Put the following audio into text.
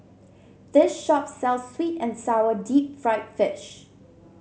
this shop sells sweet and sour Deep Fried Fish